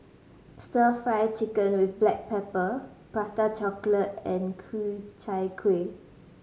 Stir Fry Chicken with black pepper Prata Chocolate and Ku Chai Kuih